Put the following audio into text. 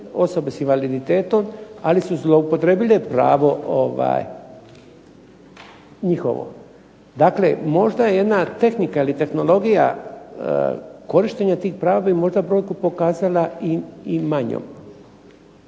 osobe sa invaliditetom ali su zloupotrijebile pravo njihovo. Dakle, možda jedna tehnika i tehnologija korištenja tih prava bi možda brojku pokazala i manjom.